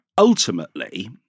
Ultimately